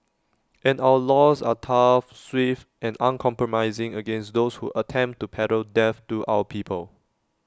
and our laws are tough swift and uncompromising against those who attempt to peddle death to our people